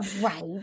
right